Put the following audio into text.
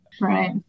Right